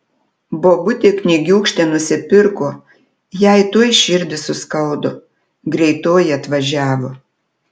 bobutė knygiūkštę nusipirko jai tuoj širdį suskaudo greitoji atvažiavo